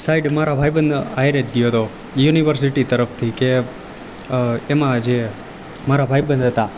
side મારા ભાઈબંધ હારે જ ગયો હતો યુનિવર્સીટી તરફથી કે એમાં જે મારા ભાઈબંધ હતા